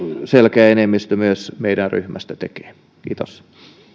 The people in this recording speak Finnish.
selkeä enemmistö meidän ryhmästämme tekee kiitos